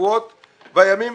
השבועות והימים,